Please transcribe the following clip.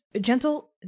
gentle